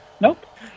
Nope